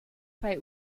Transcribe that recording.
bei